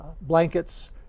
blankets